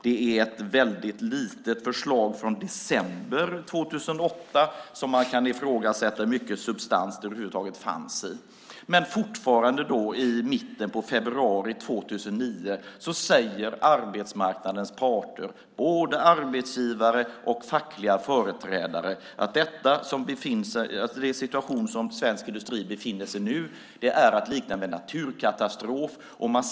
Det finns ett litet förslag från december 2008 som man kan ifrågasätta hur mycket substans det över huvud taget är i. Men här och nu, i mitten av februari 2009, säger arbetsmarknadens parter, såväl arbetsgivare och fackliga företrädare, att den situation som svensk industri befinner sig i är att likna vid en naturkatastrof.